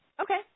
Okay